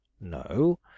no